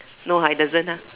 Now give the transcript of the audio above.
no ah it doesn't ah